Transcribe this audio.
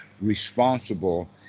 responsible